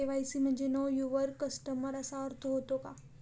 KYC म्हणजे know your customer असा अर्थ होतो का?